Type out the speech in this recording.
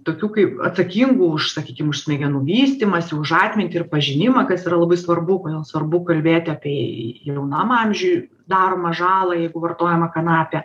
tokių kaip atsakingų už sakykim už smegenų vystymąsi už atmintį ir pažinimą kas yra labai svarbu kodėl svarbu kalbėti apie jaunam amžiuj daromą žalą jeigu vartojama kanapė